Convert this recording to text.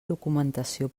documentació